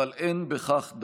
אבל לא די בכך.